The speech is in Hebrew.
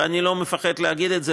ואני לא מפחד להגיד את זה,